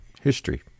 History